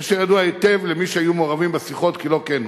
כאשר ידוע היטב למי שהיו מעורבים בשיחות כי לא כן הוא.